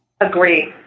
Agree